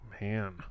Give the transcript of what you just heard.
Man